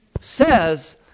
says